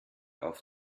auf